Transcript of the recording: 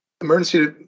emergency